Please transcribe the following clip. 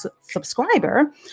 subscriber